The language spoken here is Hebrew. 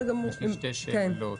שתי שאלות.